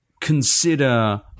consider